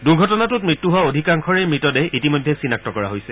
দুৰ্ঘটনাটোত মৃত্যু হোৱাসকলৰ অধিকাংশৰেই মৃতদেহ ইতিমধ্যে চিনাক্ত কৰা হৈছে